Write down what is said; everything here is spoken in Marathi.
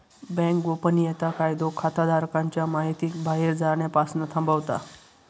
बॅन्क गोपनीयता कायदो खाताधारकांच्या महितीक बाहेर जाण्यापासना थांबवता